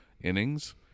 innings